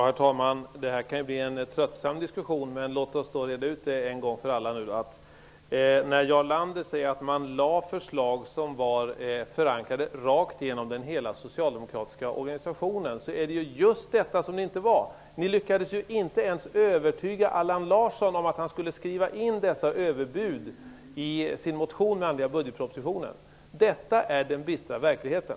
Herr talman! Det här kan bli en tröttsam diskussion. Men låt oss reda ut en gång för alla nu att även om Jarl Lander säger att man lade fram förslag som var förankrade rakt igenom hela den socialdemokratiska organisationen, så var det just detta de inte var. Ni lyckades ju inte ens övertyga Allan Larsson om att han skulle skriva in dessa överbud i sin motion med anledning av budgetpropositionen. Detta är den bistra verkligheten.